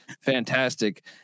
fantastic